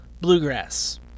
bluegrass